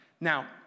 Now